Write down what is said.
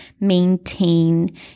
maintain